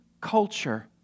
culture